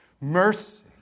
Mercy